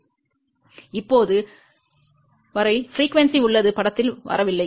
இப்போது இப்போது வரை அதிர்வெண் உள்ளது படத்திற்கு வரவில்லை